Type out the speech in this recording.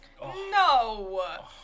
No